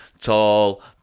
Tall